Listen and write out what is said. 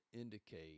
indicate